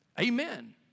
Amen